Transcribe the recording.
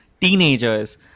teenagers